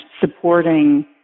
supporting